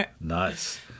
Nice